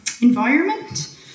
environment